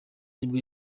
nibwo